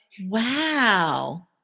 Wow